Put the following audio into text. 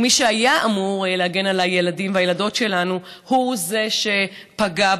ומי שהיה אמור להגן על הילדים והילדות שלנו הוא זה שפגע בהם,